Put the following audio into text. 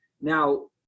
Now